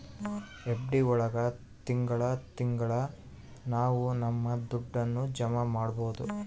FD ಒಳಗ ತಿಂಗಳ ತಿಂಗಳಾ ನಾವು ನಮ್ ದುಡ್ಡನ್ನ ಜಮ ಮಾಡ್ಬೋದು